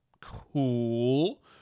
Cool